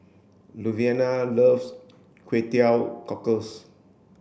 luvenia loves kway teow cockles